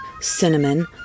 cinnamon